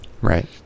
Right